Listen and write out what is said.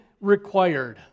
required